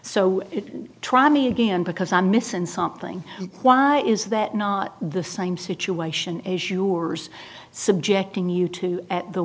so try me again because i'm missing something why is that not the same situation issuers subjecting you to at the